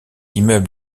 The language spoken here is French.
immeuble